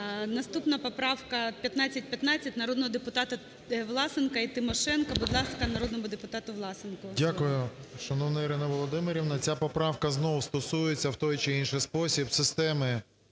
Наступна поправка – 1515 народного депутата Власенка і Тимошенко. Будь ласка, народному депутату Власенку слово. 16:50:36 ВЛАСЕНКО С.В. Дякую, шановна Ірина Володимирівна. Ця поправка знову стосується в той чи інший спосіб системи